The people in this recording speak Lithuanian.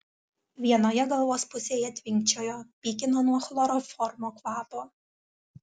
vienoje galvos pusėje tvinkčiojo pykino nuo chloroformo kvapo